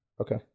okay